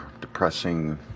depressing